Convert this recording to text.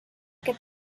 que